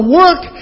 work